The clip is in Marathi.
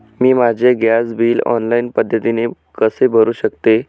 मी माझे गॅस बिल ऑनलाईन पद्धतीने कसे भरु शकते?